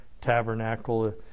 tabernacle